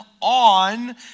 on